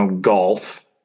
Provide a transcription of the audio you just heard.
golf